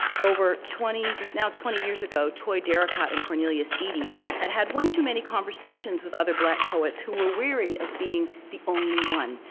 over twenty, now twenty years ago, troy daracot and cornelius eady had, had one too many conversations with other black poets who were weary of being the only one,